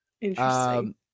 Interesting